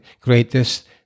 greatest